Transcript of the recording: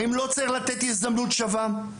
האם לא צריך לתת הזדמנות שווה?